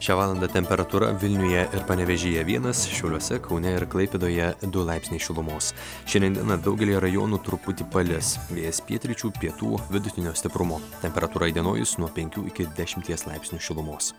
šią valandą temperatūra vilniuje ir panevėžyje vienas šiauliuose kaune ir klaipėdoje du laipsniai šilumos šiandien dieną daugely rajonų truputį palis vėjas pietryčių pietų vidutinio stiprumo temperatūra įdienojus nuo penkių iki dešimties laipsnių šilumos